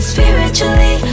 Spiritually